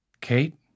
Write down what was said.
Kate